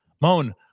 Moan